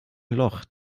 loch